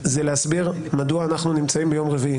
זה להסביר מדוע אנחנו נמצאים ביום רביעי.